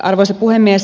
arvoisa puhemies